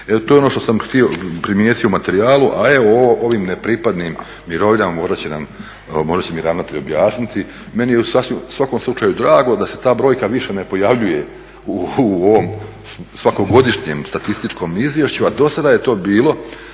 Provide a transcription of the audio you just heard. To je ono što sam primijetio u materijalu, a evo ovim nepripadnim mirovinama morat će nam, možda će mi ravnatelj objasniti. Meni je u svakom slučaju drago da se ta brojka više ne pojavljuje u ovom svakogodišnjem statističkom izvješću, a do sada je to bilo